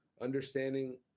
understanding